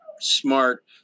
smart